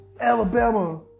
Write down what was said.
Alabama